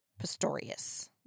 Pistorius